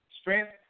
strength